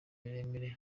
miremire